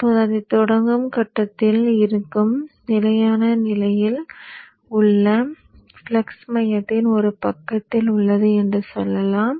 இப்போது அதைத் தொடங்கும் கட்டத்தில் இருந்த நிலையான நிலையில் உள்ள ஃப்ளக்ஸ் மையத்தின் ஒரு பக்கத்தில் உள்ளது என்று சொல்லலாம்